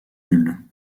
nulle